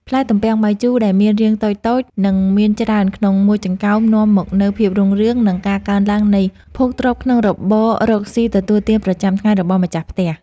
ផ្លែទំពាំងបាយជូរដែលមានរាងមូលតូចៗនិងមានច្រើនក្នុងមួយចង្កោមនាំមកនូវភាពរុងរឿង និង ការកើនឡើងនៃភោគទ្រព្យក្នុងរបររកស៊ីទទួលទានប្រចាំថ្ងៃរបស់ម្ចាស់ផ្ទះ។